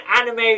anime